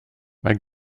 mae